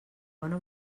bona